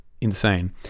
Insane